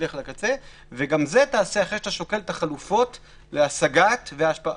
גם את זה תעשה אחרי שאת שוקל את החלופות להשגת התכלית,